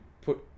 put